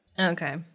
Okay